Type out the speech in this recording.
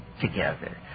together